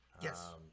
Yes